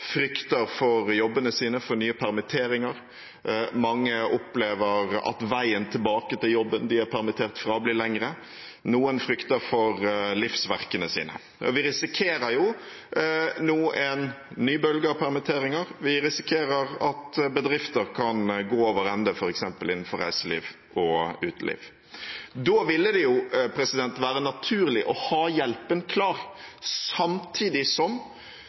frykter for jobbene sine, for nye permitteringer. Mange opplever at veien tilbake til jobben de er permittert fra, blir lengre. Noen frykter for livsverket sitt. Vi risikerer nå en ny bølge av permitteringer. Vi risikerer at bedrifter kan gå over ende, f.eks. innenfor reiseliv og uteliv. Da ville det jo være naturlig å ha hjelpen klar. Samtidig som